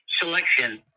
selection